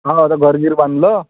हां आता घर बीर बांधलं